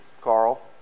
Carl